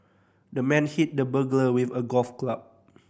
the man hit the burglar with a golf club